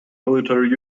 military